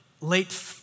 late